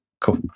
cool